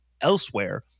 elsewhere